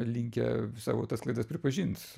linkę savo tas klaidas pripažint